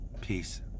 Peace